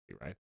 right